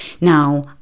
Now